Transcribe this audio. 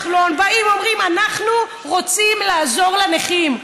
באים ואומרים: אנחנו רוצים לעזור לנכים,